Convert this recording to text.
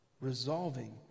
resolving